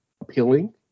appealing